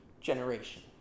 generation